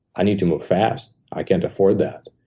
i need to move fast. i can't afford that.